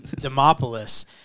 Demopolis